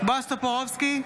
בועז טופורובסקי,